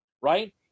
right